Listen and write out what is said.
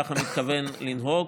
כך אני מתכוון לנהוג.